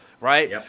right